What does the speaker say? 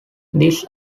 these